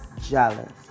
jealous